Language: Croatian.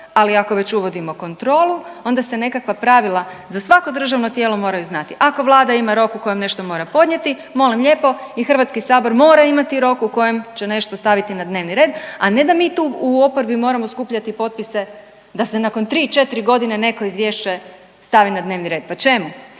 ali ako već uvodimo kontrolu onda se nekakva pravila za svako državno tijelo moraju znati. Ako vlada ima rok u kojem nešto mora podnijeti molim lijepo i Hrvatski sabor mora imati rok u kojem će nešto staviti na dnevni red, a ne da mi tu u oporbi moramo skupljati potpise da se nakon 3-4 godine neko izvješće stavi na dnevni red. Pa čemu?